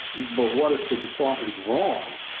but what if the department's wrong?